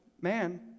man